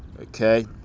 okay